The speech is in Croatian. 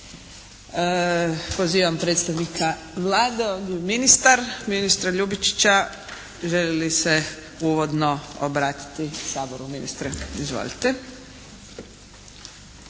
Pozivam predstavnika Vlade, ovdje je ministar, ministra LJubičića. Želi li se uvodno obratiti Saboru. Ministre izvolite.